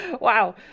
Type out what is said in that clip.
wow